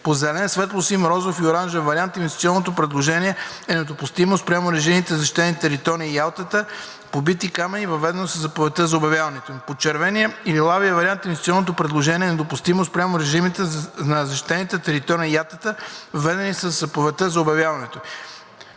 По зелен, светлосин, розов и оранжев вариант инвестиционното предложение е недопустимо спрямо режийните защитени територии и „Яйлата“, „Побити камъни“, въведени със заповедта за обявяването ѝ. Под червения и лилавия вариант, инвестиционното предложение е недопустимо спрямо режимите на защитените територии и „Яйлата“, въведени със заповедта за обявяването